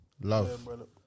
Love